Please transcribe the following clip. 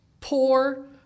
poor